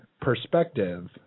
perspective